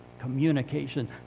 communication